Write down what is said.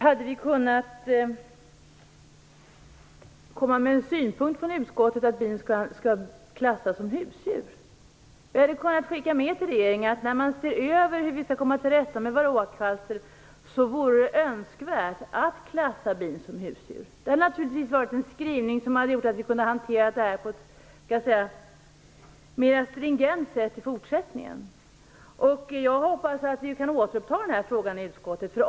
Fru talman! Naturligtvis hade utskottet kunna lägga fram synpunkten att bin skall klassas som husdjur. Utskottet hade kunnat ge till känna till regeringen att vid arbetet med att komma till rätta med varroakvalstret vore det önskvärt att klassa bin som husdjur. Det hade naturligtvis varit en skrivning som hade gjort att utskottet hade kunnat hantera denna fråga på ett mer stringent sätt i fortsättningen. Jag hoppas att vi kan återuppta denna fråga i utskottet.